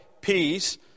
peace